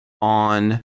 on